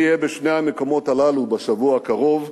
אני אהיה בשני המקומות הללו בשבוע הקרוב.